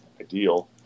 ideal